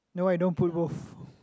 no I don't put both